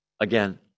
again